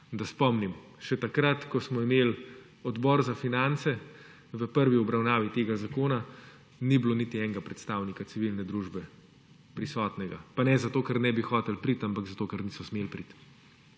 da spomnim, še takrat, ko smo imeli Odbor za finance v prvi obravnavi tega zakona ni bilo niti enega predstavnika civilne družbe prisotnega, pa ne zato, ker ne bi hoteli priti, ampak zato, ker niso smeli priti.